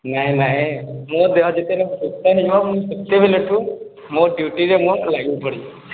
ନାଇଁ ନାଇଁ ମୋ ଦେହ ଯେତେବେଳେ ସୁସ୍ଥ ହେଇଯିବ ମୁଁ ସେତେବେଳେ ଠୁ ମୋ ଡ୍ୟୁଟିରେ ମୁଁ ଲାଗି ପଡ଼ିବି